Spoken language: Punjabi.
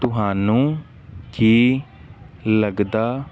ਤੁਹਾਨੂੰ ਕੀ ਲੱਗਦਾ